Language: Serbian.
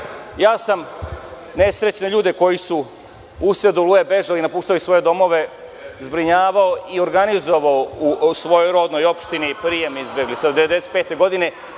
ja sam nesrećne ljudi koji su usred „Oluje“ bežali, napuštali svoje domove, zbrinjavao i organizovao u svojoj rodnoj opštini, prijem izbeglica, 1995. godine